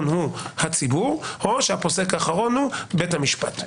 הוא הציבור או הפוסק האחרון הוא בית המשפט.